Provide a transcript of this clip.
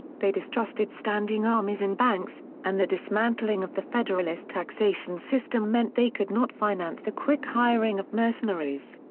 they distrusted standing armies and banks, and the dismantling of the federalist taxation system meant they could not finance the quick hiring of mercenaries.